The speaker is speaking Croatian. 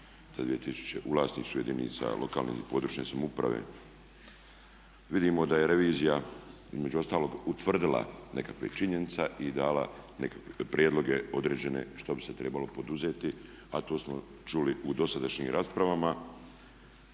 u vlasništvu jedinica lokalne i područne samouprave. Vidimo da je revizija između ostalog utvrdila nekakve činjenice i dala nekakve prijedloge određene što bi se trebalo poduzeti, a to smo čuli u dosadašnjim raspravama.